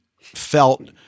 felt